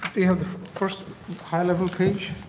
we have the first high-level page.